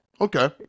Okay